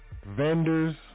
Vendors